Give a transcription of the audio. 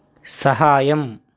సహాయం